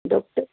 doctor